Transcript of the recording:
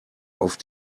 auf